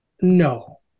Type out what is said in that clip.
No